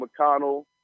McConnell